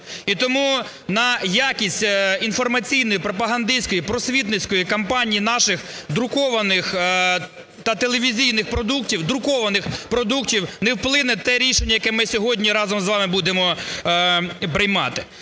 І тому на якість інформаційної пропагандистської просвітницької кампанії наших друкованих та телевізійних продуктів, друкованих продуктів не вплине те рішення, яке ми сьогодні разом з вами будемо приймати.